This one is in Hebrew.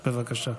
בבקשה.